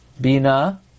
Bina